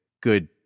good